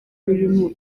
burimo